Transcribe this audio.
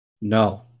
No